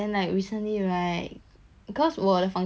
because 我的房间有那个 bookshelf right